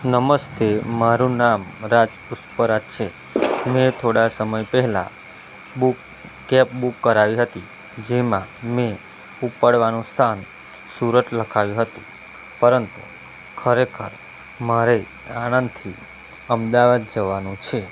નમસ્તે મારું નામ રાજ પુષ્પરાજ છે મેં થોડા સમય પહેલા બુક કેબ બુક કરાવી હતી જેમાં મેં ઉપડવાનું સ્થાન સુરત લખાવ્યું હતું પરંતુ ખરેખર મારે આણંદથી અમદાવાદ જવાનું છે